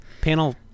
Panel